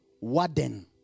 Warden